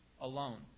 alone